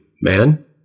man